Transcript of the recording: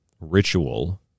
ritual